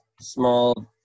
small